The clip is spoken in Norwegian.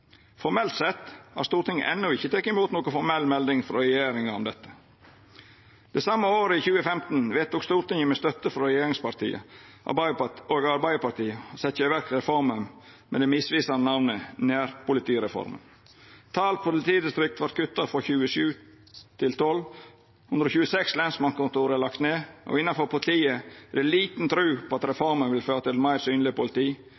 Formelt sett har Stortinget enno ikkje teke imot noka formell melding frå regjeringa om dette. Det same året, i 2015, vedtok Stortinget, med støtte frå regjeringspartia og Arbeidarpartiet, å setja i verk reforma med det misvisande namnet nærpolitireforma. Talet på politidistrikt vart kutta frå 27 til 12, 126 lensmannskontor er lagde ned, og innanfor politiet er det lita tru på at reforma vil føra til eit meir synleg politi